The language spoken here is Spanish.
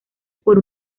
por